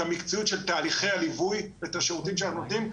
המקצועיות של תהליכי הליווי ושל השירותים שהם נותנים,